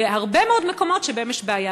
והרבה מאוד מקומות שבהם יש בעיה,